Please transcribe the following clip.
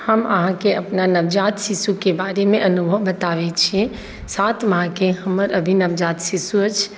हम अहाँके अपना नवजात शिशुके बारेमे अनुभव बताबै छिए सात माहके हमर अभी नवजात शिशु अछि